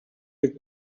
with